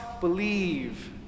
believe